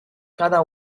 cada